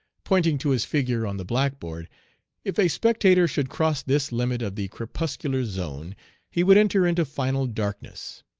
pointing to his figure on the blackboard if a spectator should cross this limit of the crepuscular zone he would enter into final darkness.